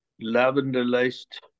lavender-laced